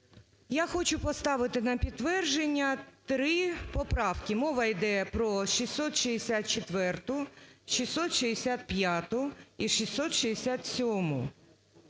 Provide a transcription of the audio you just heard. Я хочу поставити на підтвердження три поправки. Мова йде про 664-у, 665-у і 667-у.